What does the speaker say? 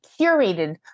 curated